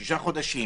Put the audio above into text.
שישה חודשים